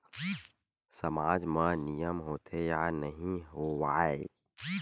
सामाज मा नियम होथे या नहीं हो वाए?